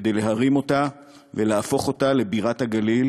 כדי להרים אותה ולהפוך אותה לבירת הגליל,